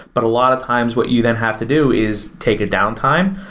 but a lot of times what you then have to do is take a downtime,